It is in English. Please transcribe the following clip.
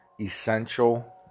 essential